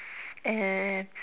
it's